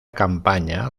campaña